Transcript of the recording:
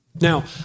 Now